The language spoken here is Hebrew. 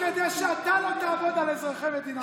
כדי שאתה לא תעבוד על אזרחי מדינת ישראל?